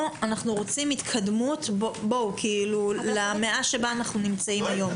פה אנו רוצים התקדמות למאה שבה אנחנו נמצאים היום.